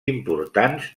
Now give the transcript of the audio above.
importants